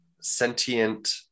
sentient